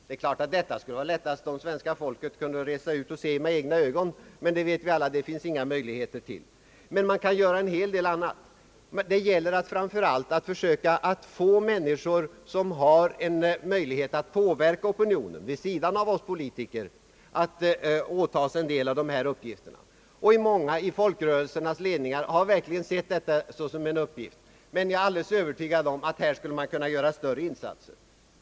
Det är klart att detta skulle vara lättast om svenska folket kunde resa ut och se med egna ögon, men vi vet alla, att det inte finns möjligheter till detta. Man kan dock göra en hel del annat. Det gäller framför allt att försöka få människor, som har en möj lighet att påverka opinionen vid sidan av oss politiker, att åta sig en del av dessa uppgifter. I folkrörelsernas ledningar har många sett detta såsom sin uppgift, men jag är övertygad om att man här skulle kunna göra större insatser.